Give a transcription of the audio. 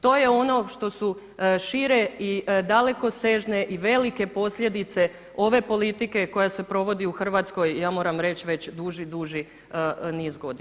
To je ono što su šire i dalekosežne i velike posljedice ove politike koja se provodi u Hrvatskoj ja moram reći već duži, duži niz godina.